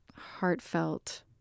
heartfelt